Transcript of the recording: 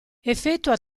effettua